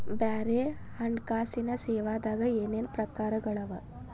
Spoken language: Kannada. ಬ್ಯಾರೆ ಹಣ್ಕಾಸಿನ್ ಸೇವಾದಾಗ ಏನೇನ್ ಪ್ರಕಾರ್ಗಳವ?